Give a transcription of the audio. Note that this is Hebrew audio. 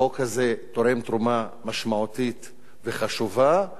החוק הזה תורם תרומה משמעותית וחשובה,